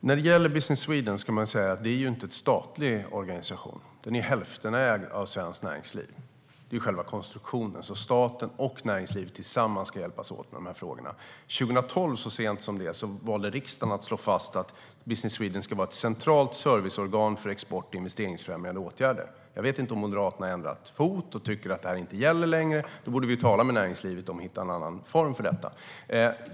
Herr talman! Business Sweden är ju inte en statlig organisation. Den är till hälften ägd av Svenskt Näringsliv. Det är själva konstruktionen. Staten och näringslivet ska tillsammans hjälpas åt med de här frågorna. Så sent som 2012 valde riksdagen att slå fast att Business Sweden ska vara ett centralt serviceorgan för export och investeringsfrämjande åtgärder. Jag vet inte om Moderaterna har bytt fot och tycker att det inte gäller längre. Då borde vi tala med näringslivet om att hitta en annan form för detta.